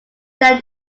down